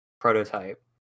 prototype